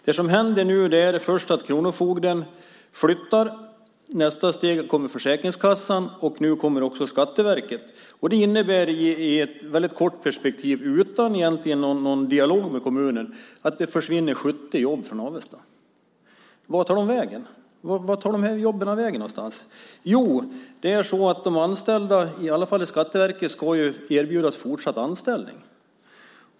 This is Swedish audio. Det som händer nu är först att kronofogden flyttar. I nästa steg kommer Försäkringskassan, och nu kommer också Skatteverket. Det innebär i ett väldigt kort perspektiv att det, utan någon egentlig dialog med kommunen, försvinner 70 jobb från Avesta. Vart tar de vägen? Vart tar de här jobben vägen någonstans? Jo, de anställda, i alla fall i Skatteverket, ska erbjudas fortsatt anställning.